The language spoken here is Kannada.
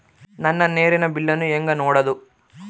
ನನ್ನ ನೇರಿನ ಬಿಲ್ಲನ್ನು ಹೆಂಗ ನೋಡದು?